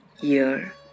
year